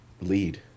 LEAD